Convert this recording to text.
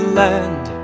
land